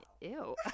Ew